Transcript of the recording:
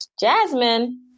Jasmine